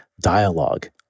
dialogue